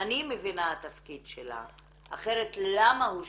אני מבינה את התפקיד שלה, אחרת למה הושיבו,